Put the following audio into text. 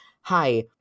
hi